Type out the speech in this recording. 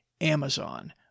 Amazon